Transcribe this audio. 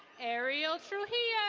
ariel trujillo.